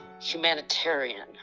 humanitarian